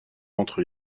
entre